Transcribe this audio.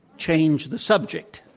change the subject.